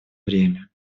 время